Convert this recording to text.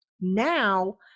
Now